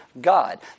God